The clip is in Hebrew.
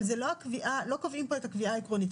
אבל לא קובעים פה את הקביעה העקרונית,